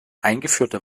eingeführte